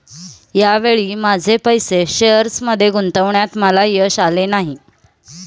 या वेळी माझे पैसे शेअर्समध्ये गुंतवण्यात मला यश आले नाही